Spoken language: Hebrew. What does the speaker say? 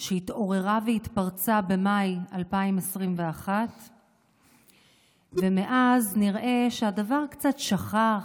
מאוד שהתעוררה והתפרצה במאי 2021. מאז היה נראה שהדבר קצת שכך,